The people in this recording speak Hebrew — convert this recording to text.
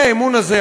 האי-אמון הזה,